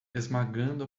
esmagando